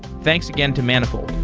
thanks again to manifold.